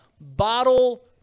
bottle